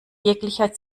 jeglicher